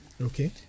Okay